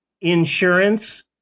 insurance